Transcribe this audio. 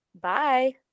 Bye